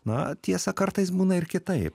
na tiesa kartais būna ir kitaip